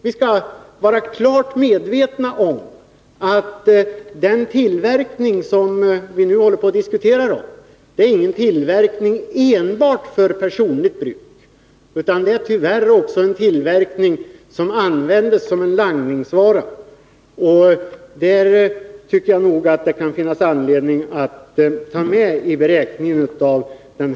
Vi skall vara klart medvetna om att den tillverkning som vi nu diskuterar inte är en tillverkning för enbart personligt bruk. Tyvärr är det också fråga om en langningsvara. Jag tycker att det finns anledning att ta med detta i beräkningen.